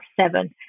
seven